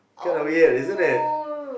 oh